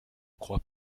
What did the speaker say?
crois